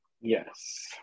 Yes